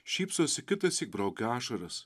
šypsosi kitąsyk braukia ašaras